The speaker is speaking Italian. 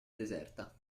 deserta